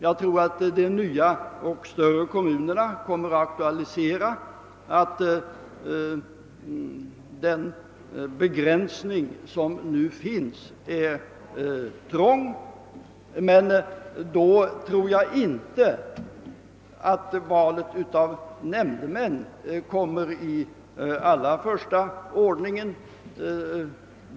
Jag tror att de nya och större kommunerna kommer att aktuali sera ett vidgat tillämpande av dem, men därvidlag kommer nog inte valet av nämndemän i allra första ordningen.